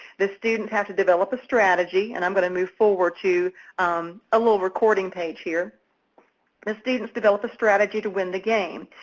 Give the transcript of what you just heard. the student has to develop a strategy and i'm going to move forward to a little recording page here the students develop a strategy to win the game.